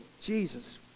Jesus